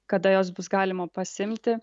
kada juos bus galima pasiimti